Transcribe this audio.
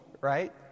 Right